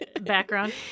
background